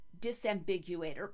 disambiguator